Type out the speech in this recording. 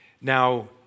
Now